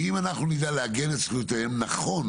שאם אנחנו נדע לעגן את זכויותיהם נכון